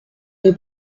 les